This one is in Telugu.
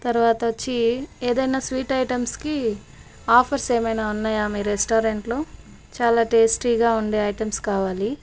తర్వాత వచ్చి ఏదైనా స్వీట్ ఐటమ్స్కి ఆఫర్స్ ఏమైనా ఉన్నాయా మీ రెస్టారెంట్లో చాలా టేస్టీగా ఉండే ఐటమ్స్ కావాలి